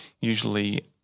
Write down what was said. usually